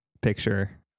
picture